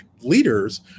leaders